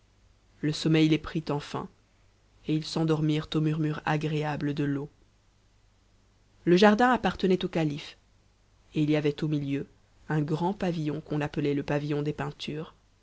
le sommeil les prit enfin et ils s'endormirent au murmure agréable de l'eau le jardin appartenait au calife et il y avait au milieu un grand pavillon qu'on appelait le pavillon des peintures